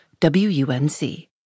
WUNC